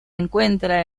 encuentra